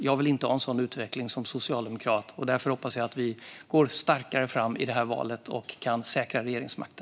Jag som socialdemokrat vill inte ha en sådan utveckling. Därför hoppas jag att vi går starkare fram i detta val och kan säkra regeringsmakten.